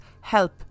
HELP